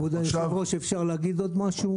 אדוני היושב-ראש, אפשר להגיד עוד משהו?